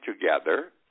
together